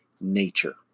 nature